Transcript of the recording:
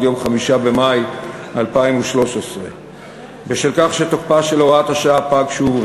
יום 5 במאי 2013. מכיוון שתוקפה של הוראת השעה פג שוב,